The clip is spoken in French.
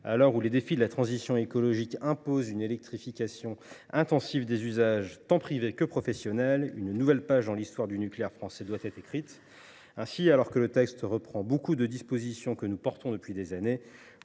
l’heure où les défis de la transition écologique imposent une électrification intensive des usages tant privés que professionnels, une nouvelle page de l’histoire du nucléaire français doit s’écrire. Bien que le texte reprenne de nombreuses dispositions que nous défendons depuis des années,